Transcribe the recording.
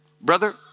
Brother